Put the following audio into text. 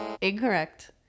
incorrect